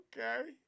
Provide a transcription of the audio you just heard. okay